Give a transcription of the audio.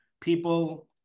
people